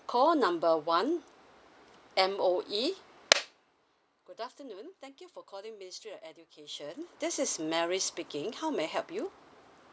call number one M_O_E good afternoon thank you for calling ministry of education this is mary speaking how may I help you